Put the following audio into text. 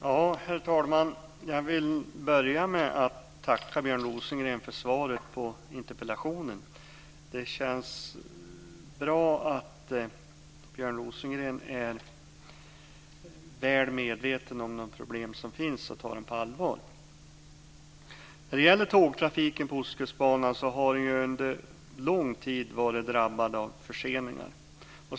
Herr talman! Jag vill börja med att tacka Björn Rosengren för svaret på interpellationen. Det känns bra att Björn Rosengren är väl medveten om de problem som finns och tar dem på allvar. Tågtrafiken på Ostkustbanan har under lång tid varit drabbad av förseningar.